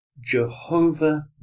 Jehovah